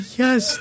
yes